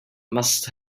must